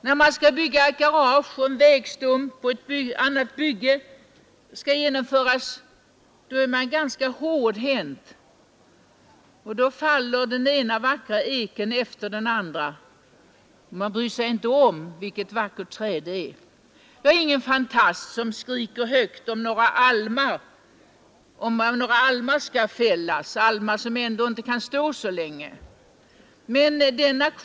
När man skall bygga ett garage, en vägstump eller någonting annat är man ganska hårdhänt, och då faller den ena vackra eken efter den andra. Man bryr sig inte om vilket vackert träd det är. Jag är ingen fantast som skriker högt, om några almar, som ändå inte kan stå så länge, skall fällas.